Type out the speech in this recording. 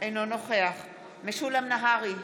אינו נוכח משולם נהרי,